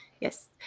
yes